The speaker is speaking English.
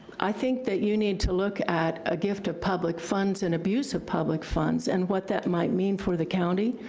i think that you need to look at a gift of public funds and abuse of public funds, and what that might mean for the county,